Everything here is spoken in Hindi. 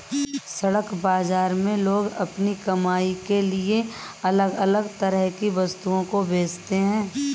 सड़क बाजार में लोग अपनी कमाई के लिए अलग अलग तरह की वस्तुओं को बेचते है